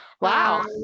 Wow